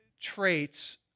traits